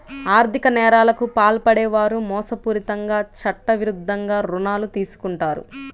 ఆర్ధిక నేరాలకు పాల్పడే వారు మోసపూరితంగా చట్టవిరుద్ధంగా రుణాలు తీసుకుంటారు